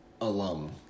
alum